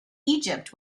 egypt